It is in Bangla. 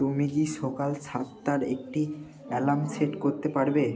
তুমি কি সকাল সাতটার একটি অ্যালার্ম সেট করতে পারবে